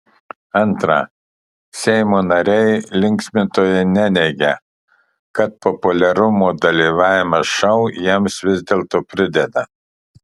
antra seimo nariai linksmintojai neneigia kad populiarumo dalyvavimas šou jiems vis dėlto prideda